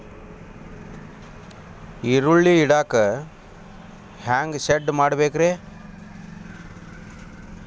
ಈರುಳ್ಳಿ ಇಡಾಕ ಹ್ಯಾಂಗ ಶೆಡ್ ಮಾಡಬೇಕ್ರೇ?